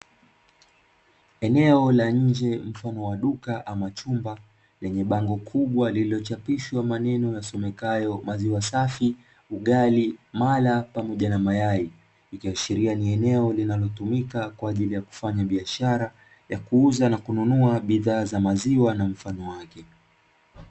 Eneo la nje mfumo wa duka ama chumba, lenye bango kubwa lililochapishwa maneno yasomekayo "Maziwa Safi, Ugali, Mala pamoja na Mayai". Likiashiria ni eneo linalotumika kwaajili ya kufanya biashara ya kuuza na kununua bidhaa za maziwa na mfano wake.